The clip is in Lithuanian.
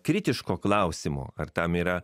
kritiško klausimo ar tam yra